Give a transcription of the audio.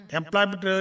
employment